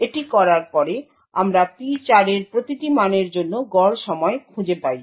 এটি করার পরে আমরা P4 এর প্রতিটি মানের জন্য গড় সময় খুঁজে পাই